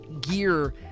Gear